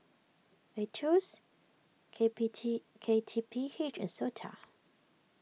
Aetos K P T K T P H and Sota